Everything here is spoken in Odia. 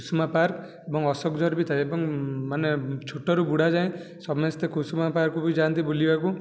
କୁସୁମା ପାର୍କ ଏବଂ ଅଶୋକଝର ବି ଥାଏ ଏବଂ ମାନେ ଛୋଟରୁ ବୁଢ଼ା ଯାଏଁ ସମସ୍ତେ କୁସୁମା ପାର୍କକୁ ବି ଯାଆନ୍ତି ବୁଲିବାକୁ